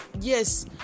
yes